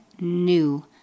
new